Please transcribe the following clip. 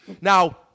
Now